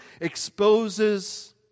exposes